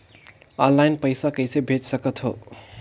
Online पइसा कइसे भेज सकत हो?